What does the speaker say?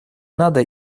надо